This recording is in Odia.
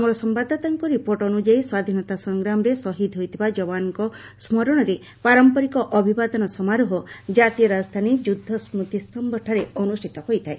ଆମର ସମ୍ଭାଦଦାତାଙ୍କ ରିପୋର୍ଟ ଅନୁଯାୟୀ ସ୍ୱାଧୀନତା ସଂଗ୍ରାମରେ ସହୀଦ ହୋଇଥିବା ଯବାନଙ୍କ ସ୍ମରଣରେ ପାରମ୍ପରିକ ଅଭିନନ୍ଦନ ସମାରୋହ ଜାତୀୟ ରାଜଧାନୀ ଯୁଦ୍ଧ ସ୍ମତିସ୍ତରଠାରେ ଅନୁଷ୍ଠିତ ହୋଇଥାଏ